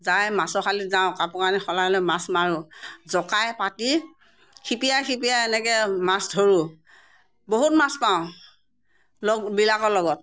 যায় মাছৰ শালীত যাওঁ কাপোৰ কানি সলাই লৈ মাছ মাৰোঁ জকাই পাতি খেপিয়াই খেপিয়াই এনেকৈ মাছ ধৰোঁ বহুত মাছ পাওঁ লগবিলাকৰ লগত